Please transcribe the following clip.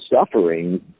suffering